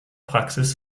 praxis